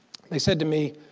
they said to me,